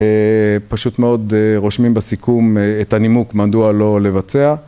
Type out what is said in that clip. פשוט מאוד רושמים בסיכום את הנימוק, מדוע לא לבצע